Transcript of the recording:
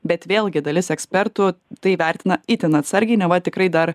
bet vėlgi dalis ekspertų tai vertina itin atsargiai neva tikrai dar